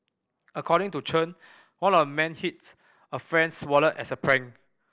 according to Chen one of the men hid a friend's wallet as a prank